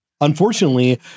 Unfortunately